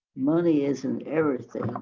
money isn't everything.